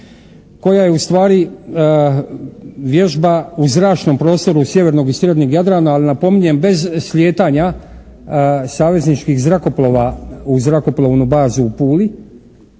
koja je ustvari vježba u zračnom prostoru sjevernog i srednjeg Jadrana, ali napominjem bez slijetanja savezničkih zrakoplova u zrakoplovnu bazu u Puli.